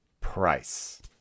price